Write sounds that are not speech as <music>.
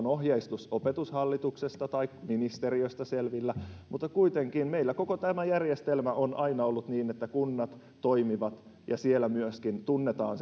<unintelligible> ohjeistus opetushallituksesta tai ministeriöstä selvillä mutta kuitenkin meillä koko tämä järjestelmä on aina ollut niin että kunnat toimivat ja siellä myöskin tunnetaan <unintelligible>